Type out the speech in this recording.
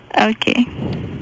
Okay